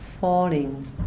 falling